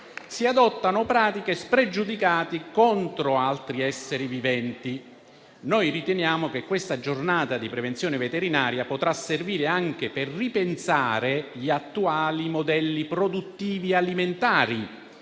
si adottano pratiche spregiudicate contro altri esseri viventi. Noi riteniamo che questa giornata di prevenzione veterinaria potrà servire anche per ripensare gli attuali modelli produttivi alimentari,